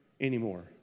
anymore